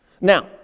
Now